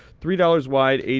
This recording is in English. three dollars wide, eighty